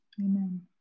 amen